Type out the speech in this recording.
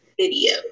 Video